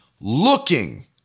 looking